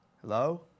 Hello